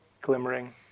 glimmering